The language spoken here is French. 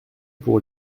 pour